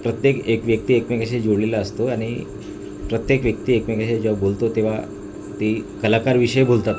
प्रत्येक एक व्यक्ती एकमेकांशी जोडलेला असतो आणि प्रत्येक व्यक्ती एकमेकांशी जेव्हा बोलतो तेव्हा ती कलाकारविषयी बोलतातच